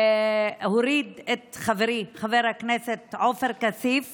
הוריד את חברי חבר הכנסת עופר כסיף